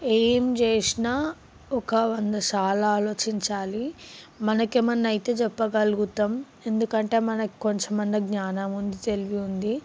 ఏం చేసినా ఒక వందసార్లు ఆలోచించాలి మనకు ఏమైనా అయితే చెప్పగలుగుతాము ఎందుకంటే మనకు కొంచెం అయినా జ్ఞానం ఉంది తెలివి ఉంది